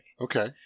Okay